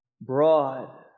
broad